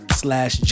slash